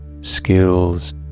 skills